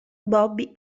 bobby